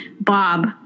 bob